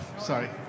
sorry